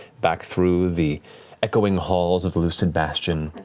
back through the echoing halls of the lucid bastion.